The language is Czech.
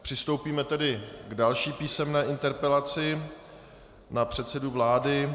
Přistoupíme tedy k další písemné interpelaci na předsedu vlády.